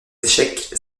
échecs